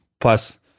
Plus